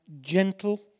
gentle